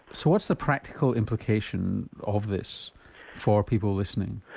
so what's the practical implication of this for people listening?